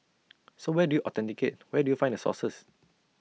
so where do you authenticate where do you find the sources